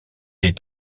est